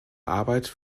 arbeit